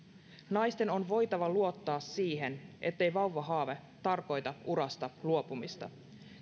naisten on voitava luottaa siihen ettei vauvahaave tarkoita urasta luopumista